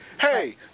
hey